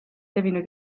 levinud